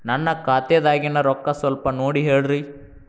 ನನ್ನ ಖಾತೆದಾಗಿನ ರೊಕ್ಕ ಸ್ವಲ್ಪ ನೋಡಿ ಹೇಳ್ರಿ